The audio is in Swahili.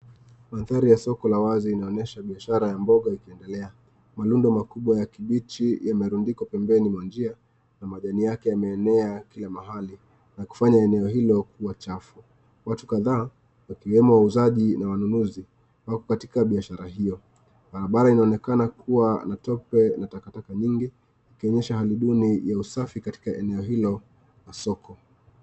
Manthari ya soko la wazi inaonyesha biashara ya mboga ikiendelea. Malundo makubwa ya kibichi yamerundikwa pembeni mwa njia na majani yake yameenea kila mahali na kufanya eneo hilo kuwa chafu. Watu kadhaa wakiwemo wauzaji na wanunuzi wako katika biashara hiyo. Barabara inaonekana kuwa na tope na takataka nyingi ikionyesha hali duni ya usafi katika eneo hilo la soko.